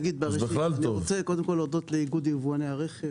אני רוצה קודם כול להודות לאיגוד יבואני הרכב.